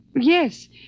Yes